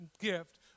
gift